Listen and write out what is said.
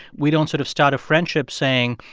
we don't sort of start a friendship saying,